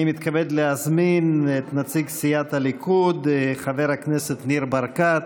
אני מתכבד להזמין את נציג סיעת הליכוד חבר הכנסת ניר ברקת,